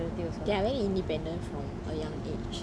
they're very independent from a young age